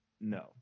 no